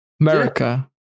America